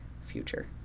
future